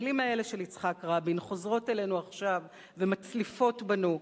המלים האלה של יצחק רבין חוזרות אלינו עכשיו ומצליפות בנו,